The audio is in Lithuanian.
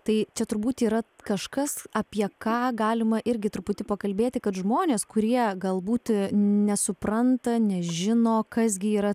tai čia turbūt yra kažkas apie ką galima irgi truputį pakalbėti kad žmonės kurie galbūt nesupranta nežino kas gi yra